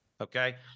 okay